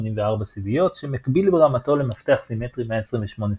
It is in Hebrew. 256–384 סיביות שמקביל ברמתו למפתח סימטרי 128 סיביות,